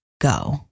go